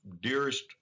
dearest